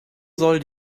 soll